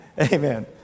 Amen